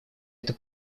это